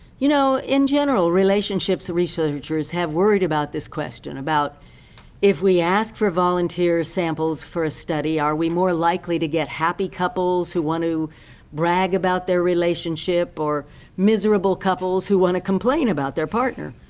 you know, in general relationship so researchers have worried about this question, about if we ask for volunteer samples for a study, are we more likely to get happy couples who want to brag about their relationship or miserable couples who want to complain about their partner?